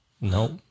Nope